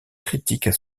critiques